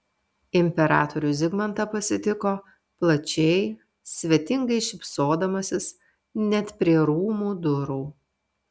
imperatorių zigmantą pasitiko plačiai svetingai šypsodamasis net prie rūmų durų